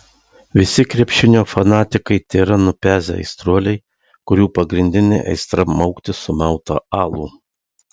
visi krepšinio fanatikai tėra nupezę aistruoliai kurių pagrindinė aistra maukti sumautą alų